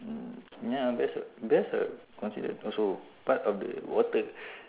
mm ya bears are bears are considered also part of the water